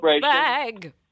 bag